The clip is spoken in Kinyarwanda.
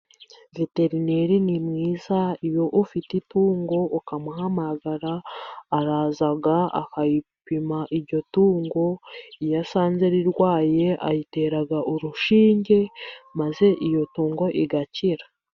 Veterineri ni mwiza, iyo ufite itungo ukamuhamagara araza agapima iryo tungo, iyo asanze rirwaye aritera urushinge maze iryo tungo rigakira.